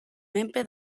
menpe